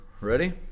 ready